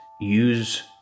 use